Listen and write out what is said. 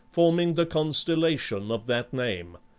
forming the constellation of that name.